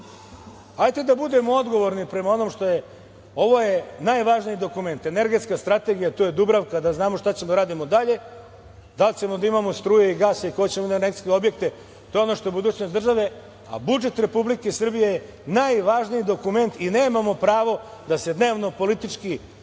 Hajte da budemo odgovorni prema onome što je... Ovo je najvažniji dokument - Energetska strategija, tu je Dubravka, da znamo šta ćemo da radimo dalje, da li ćemo da imamo struje i gasa i energetske objekte. To je ono što je budućnost države, a budžet Republike Srbije je najvažniji dokument i nemamo pravo da se dnevno-politički